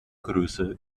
größe